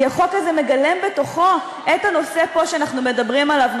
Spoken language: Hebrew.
כי החוק הזה מגלם בתוכו את הנושא שאנחנו מדברים עליו פה,